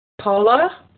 Paula